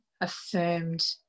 affirmed